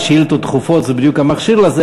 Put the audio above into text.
ושאילתות דחופות זה בדיוק המכשיר לזה,